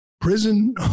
Prison